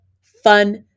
fun